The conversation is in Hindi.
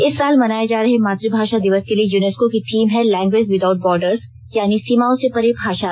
इस साल मनाए जा रहे मातृभाषा दिवस के लिए यूनेस्को की थीम है लैंग्वेज विदाउट बॉर्डर्स यानि सीमाओं से परे भाषा